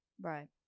Right